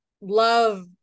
love